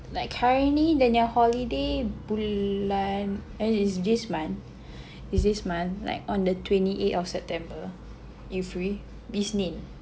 like currently dia nye holiday bulan eh it's this month it's this month like on the twenty eighth of September if we pergi Isnin